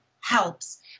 helps